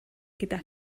gyda